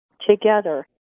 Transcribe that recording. together